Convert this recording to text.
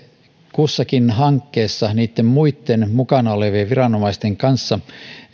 kussakin hankkeessa niitten muitten mukana olevien viranomaisten kanssa